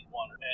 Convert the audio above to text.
one